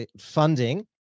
funding